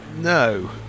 No